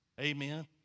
Amen